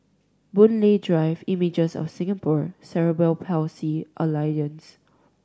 Boon Lay Drive Images of Singapore Cerebral Palsy Alliance